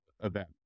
event